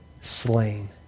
slain